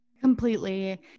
completely